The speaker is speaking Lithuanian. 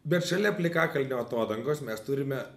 bet šalia plikakalnio atodangos mes turime